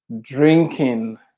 drinking